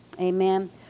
amen